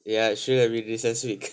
ya should have been recess week